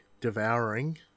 devouring